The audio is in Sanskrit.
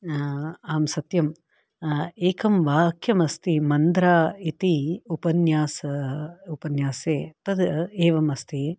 आं सत्यं एकं वाक्यम् अस्ति मन्द्रा इति उपन्यास उपन्यासे तद् एवम् अस्ति